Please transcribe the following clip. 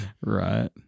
Right